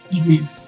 Amen